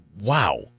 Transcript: wow